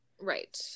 Right